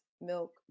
milk